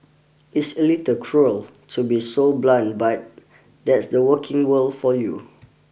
it's a little cruel to be so blunt but that's the working world for you